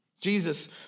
Jesus